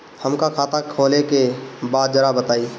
हमका खाता खोले के बा जरा बताई?